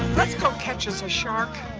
let's go catch us a shark.